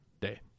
Day